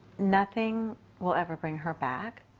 nothing will ever bring her back.